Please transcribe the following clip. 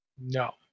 No